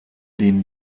denen